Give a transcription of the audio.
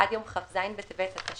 עד יום כ"ז בטבת התשפ"ב